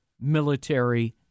military